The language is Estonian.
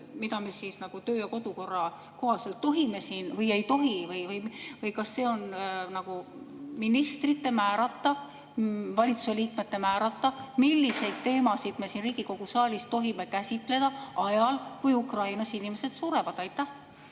mida me kodu- ja töökorra kohaselt tohime või ei tohi [käsitleda]? Ja kas see on nagu ministrite määrata, valitsuse liikmete määrata, milliseid teemasid me siin Riigikogu saalis tohime käsitleda ajal, kui Ukrainas inimesed surevad? Jaa,